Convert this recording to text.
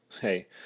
hey